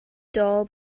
doll